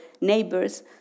neighbors